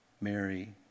Mary